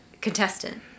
contestant